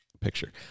picture